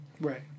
Right